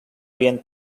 bien